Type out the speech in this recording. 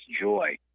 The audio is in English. joy